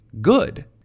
good